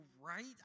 right